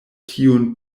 tiun